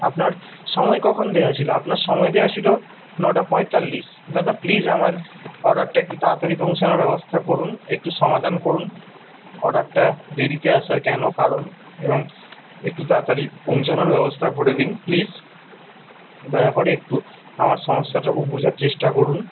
আপনার সময় কখন দেওয়া ছিল আপনার সময় দেওয়া ছিল নটা পঁয়তাল্লিশ দাদা প্লিজ আমার অর্ডারটা একটু তাড়াতাড়ি পৌঁছানোর ব্যবস্থা করুন একটু সমাধান করুন অর্ডারটা দেরিতে আসার কেন কারণ এবং একটু তাড়াতাড়ি পৌঁছানোর ব্যবস্থা কররে দিন প্লিস দয়া করে একটু আমার সমস্যাটুকু বুঝার চেষ্টা করুন